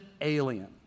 alien